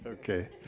Okay